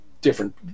different